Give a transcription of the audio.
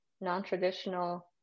non-traditional